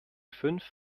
fünf